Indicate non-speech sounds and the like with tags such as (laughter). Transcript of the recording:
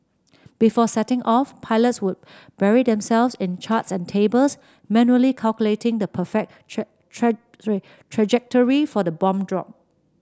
before setting off pilots would bury themselves in charts and tables manually calculating the perfect try try (unintelligible) trajectory for the bomb drop